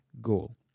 goal